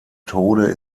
tode